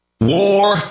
War